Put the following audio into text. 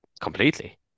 completely